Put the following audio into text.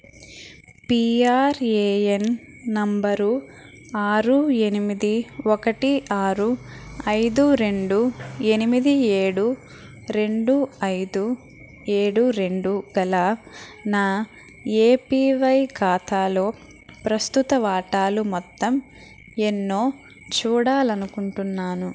PRAN నంబరు ఆరు ఎనిమిది ఒకటి ఆరు ఐదు రెండు ఎనిమిది ఏడు రెండు ఐదు ఏడు రెండు గల నా ఏపివై ఖాతాలో ప్రస్తుత వాటాలు మొత్తం ఎన్నో చూడాలనుకుంటున్నాను